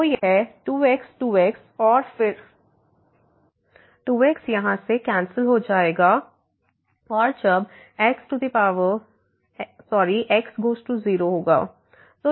तो यह 2x 2x और फिर 2x यहां से कैंसिल हो जाएगा और जब x→0